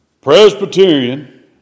Presbyterian